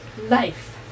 life